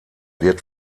wird